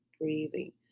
breathing